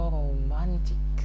romantic